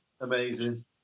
Amazing